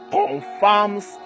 confirms